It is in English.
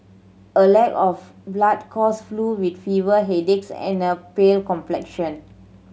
a lack of blood cause flu with fever headaches and a pale complexion